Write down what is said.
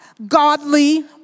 godly